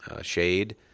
shade